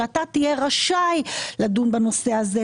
שאתה תהיה רשאי לדון בנושא הזה,